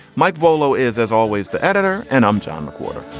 mike bolo is as always the editor. and i'm john mcwhorter.